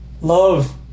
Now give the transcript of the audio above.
Love